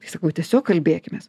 kai sakau tiesiog kalbėkimės